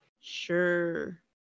Sure